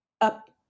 up